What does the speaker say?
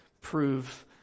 prove